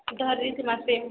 ଧରିଥିମା ସେ